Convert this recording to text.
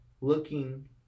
looking